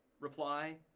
reply,